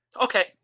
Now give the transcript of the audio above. Okay